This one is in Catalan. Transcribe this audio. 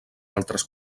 altres